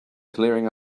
clearing